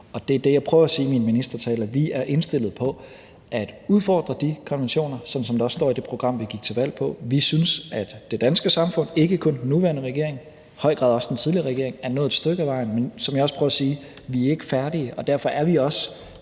Der prøvede jeg i min ministertale at sige, at vi er indstillet på at udfordre de konventioner, sådan som der også står i det program, vi gik til valg på. Vi synes, at det danske samfund, ikke kun med den nuværende regering, men i høj grad også den tidligere regering, er nået et stykke ad vejen. Men som jeg også prøvede at sige, er vi ikke færdige. Vi har dels